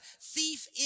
thief